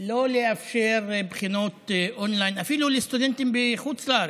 שלא לאפשר בחינות און-ליין אפילו לסטודנטים בחוץ-לארץ,